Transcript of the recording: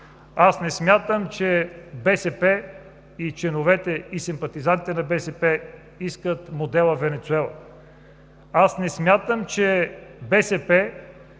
Не смятам, че БСП и членовете, и симпатизантите на БСП искат модела Венецуела. Не смятам, че БСП